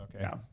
Okay